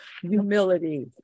humility